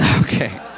Okay